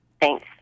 Thanks